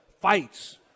fights